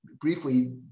briefly